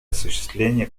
осуществления